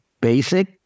basic